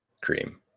cream